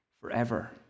forever